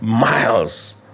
miles